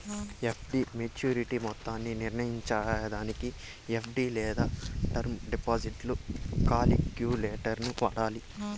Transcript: FD maturity మొత్తాన్ని నిర్నయించేదానికి FD లేదా టర్మ్ డిపాజిట్ కాలిక్యులేటరును వాడాల